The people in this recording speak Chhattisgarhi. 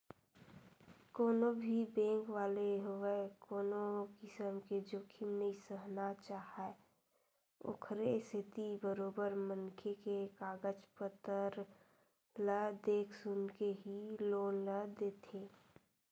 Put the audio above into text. कोनो भी बेंक वाले होवय कोनो किसम के जोखिम नइ सहना चाहय ओखरे सेती बरोबर मनखे के कागज पतर ल देख सुनके ही लोन ल देथे